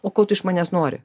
o ko tu iš manęs nori